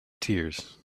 tears